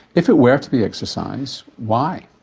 if it were to be exercise why?